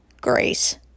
grace